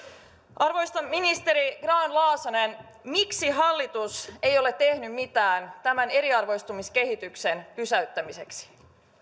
arvoisa ministeri grahn laasonen miksi hallitus ei ole tehnyt mitään tämän eriarvoistumiskehityksen pysäyttämiseksi